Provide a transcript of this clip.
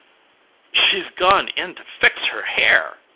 she's gone in to fix her hair,